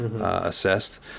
assessed